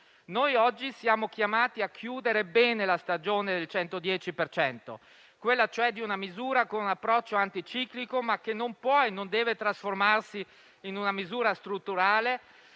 Oggi siamo chiamati a chiudere bene la stagione del 110 per cento, una misura cioè con un approccio anticiclico, ma che non può e non deve trasformarsi in una misura strutturale,